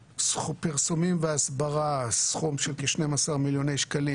פרסומים והסברה, סכום של כ-12 מיליון שקלים.